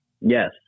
yes